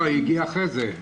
גם היא יכולה להשתתף.